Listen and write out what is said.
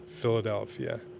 Philadelphia